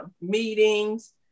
meetings